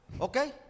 Okay